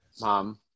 Mom